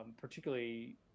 particularly